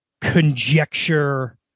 conjecture